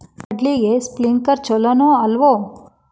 ಕಡ್ಲಿಗೆ ಸ್ಪ್ರಿಂಕ್ಲರ್ ಛಲೋನೋ ಅಲ್ವೋ?